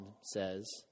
says